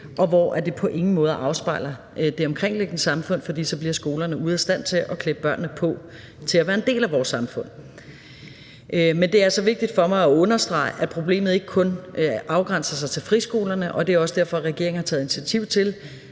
og hvor den på ingen måde afspejler det omkringliggende samfund, for så bliver skolerne ude af stand til at klæde børnene på til at være en del af vores samfund. Men det er altså vigtigt for mig at understrege, at problemet ikke kun afgrænser sig til friskolerne, og det er også derfor, at regeringen har taget initiativ til,